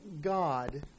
God